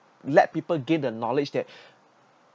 let people gain the knowledge that